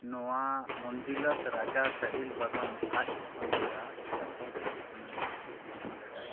ᱱᱚᱣᱟ ᱢᱚᱱᱫᱤᱞ ᱫᱚ ᱨᱟᱡᱟ ᱥᱟᱦᱤᱞ ᱵᱚᱨᱢᱚᱱ ᱟᱡ ᱦᱚᱯᱚᱱ ᱮᱨᱟ ᱪᱟᱢᱯᱟᱵᱚᱛᱤ ᱩᱱᱩᱭᱦᱟᱹᱨᱛᱮ ᱵᱮᱱᱟᱣ ᱞᱮᱫᱟᱭ